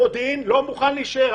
המודיעין לא מוכנים להישאר.